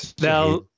Now